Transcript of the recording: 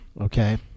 Okay